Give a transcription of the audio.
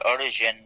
origin